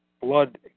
blood